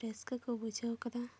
ᱨᱟᱹᱥᱠᱟᱹ ᱠᱚ ᱵᱩᱡᱷᱟᱹᱣ ᱟᱠᱟᱫᱟ